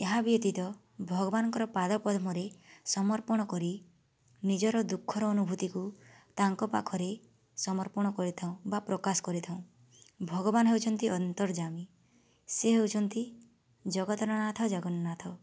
ଏହା ବ୍ୟତୀତ ଭଗବାନଙ୍କର ପାଦପଦ୍ମରେ ସମର୍ପଣ କରି ନିଜର ଦୁଃଖର ଅନୁଭୂତିକୁ ତାଙ୍କ ପାଖରେ ସମର୍ପଣ କରିଥାଉଁ ବା ପ୍ରକାଶ କରିଥାଉଁ ଭଗବାନ ହେଉଛନ୍ତି ଅନ୍ତର୍ଯ୍ୟାମୀ ସେ ହଉଛନ୍ତି ଜଗତର ନାଥ ଜଗନ୍ନାଥ